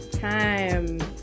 time